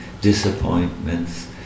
disappointments